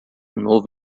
novo